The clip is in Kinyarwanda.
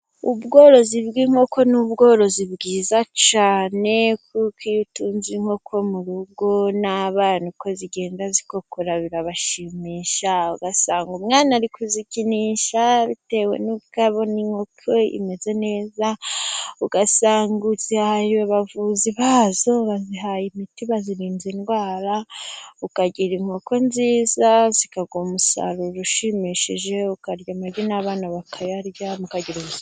Ubworozi bw’inkoko ni ubworozi bwiza cyane, kuko iyo utunze inkoko mu rugo, n’abana uko zigenda zikura birabashimisha. Ugasanga umwana ari kuzikinisha, bitewe n’uko abona inkoko imeze neza. Ugasanga uzihaye abavuzi bazo, bazihaye imiti, bazirinze indwara. Ukagira inkoko nziza, zikaguha umusaruro ushimishije. Ukarya amagi, n’abana bakayarya, mukagira ubuzima bwiza.